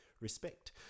respect